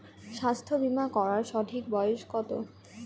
স্বাস্থ্য বীমা করার সঠিক বয়স কত?